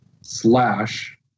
slash